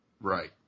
Right